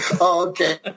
okay